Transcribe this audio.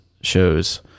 shows